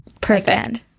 Perfect